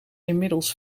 inmiddels